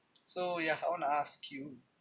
so ya I want to ask you